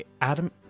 Adam